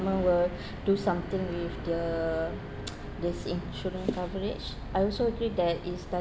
will do something with the this insurance coverage I also agree that is doesn't